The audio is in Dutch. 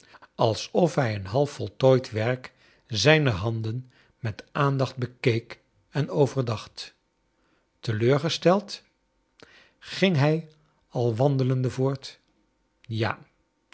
alsof hij een half voltooid werk zijner handen met aandacht bekeek en overdacht teleurgesteldt ging hij al wandelende voort ja